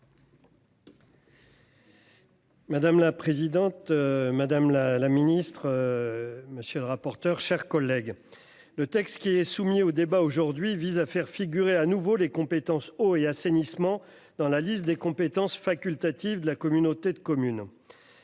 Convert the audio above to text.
Madame la présidente, madame la ministre, mes chers collègues, le texte dont nous débattons aujourd'hui vise à faire figurer de nouveau les compétences eau et assainissement dans la liste des compétences facultatives des communautés de communes.